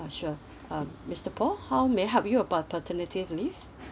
ah sure uh mister paul how may I help you about paternity leave